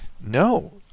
No